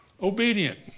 obedient